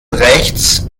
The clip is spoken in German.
rechts